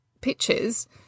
pictures